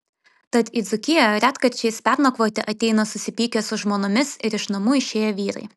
tad į dzūkiją retkarčiais pernakvoti ateina susipykę su žmonomis ir iš namų išėję vyrai